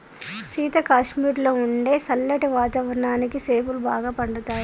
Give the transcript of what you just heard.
సీత కాశ్మీరులో ఉండే సల్లటి వాతావరణానికి సేపులు బాగా పండుతాయి